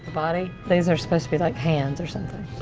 body. these are supposed to be, like, hands or something.